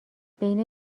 بین